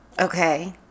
okay